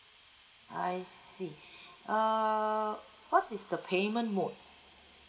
I see err what is the payment mode